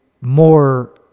more